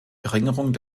verringerung